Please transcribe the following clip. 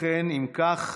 אם כך,